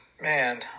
Man